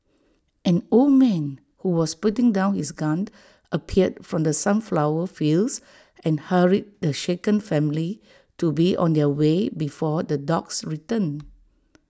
an old man who was putting down his gun appeared from the sunflower fields and hurried the shaken family to be on their way before the dogs return